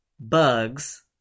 bugs